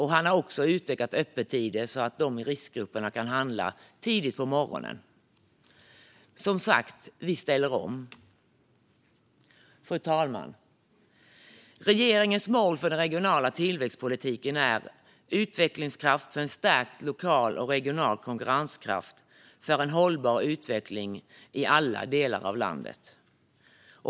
Han har också utökat öppettiderna så att de i riskgrupperna kan handla tidigt på morgonen. Vi ställer om, som sagt. Fru talman! Regeringens mål för den regionala tillväxtpolitiken är utvecklingskraft med en stärkt lokal och regional konkurrenskraft för en hållbar utveckling i alla delar av landet.